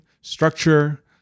structure